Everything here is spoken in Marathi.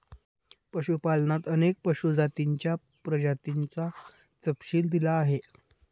पशुपालनात अनेक पशु जातींच्या प्रजातींचा तपशील दिला आहे